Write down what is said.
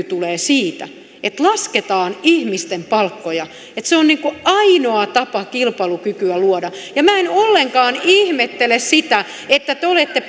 tulee siitä että lasketaan ihmisten palkkoja että se on ainoa tapa kilpailukykyä luoda ja minä en ollenkaan ihmettele sitä että te te olette